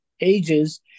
ages